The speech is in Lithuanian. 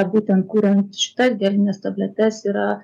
būtent kuriant šitas gelines tabletes yra